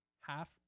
half